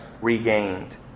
regained